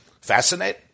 Fascinate